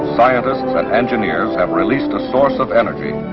scientists and engineers have released a source of energy,